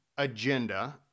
agenda